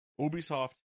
Ubisoft